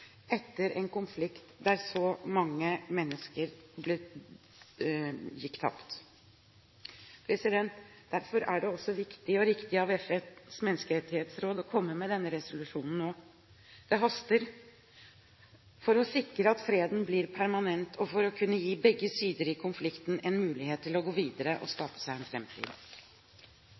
etter en konflikt der så mange menneskeliv gikk tapt. Derfor er det også viktig og riktig av FNs menneskerettighetsråd å komme med denne resolusjonen nå. Det haster for å sikre at freden blir permanent, og for å kunne gi begge sider i konflikten en mulighet til å gå videre og skape seg en